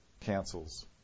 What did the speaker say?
cancels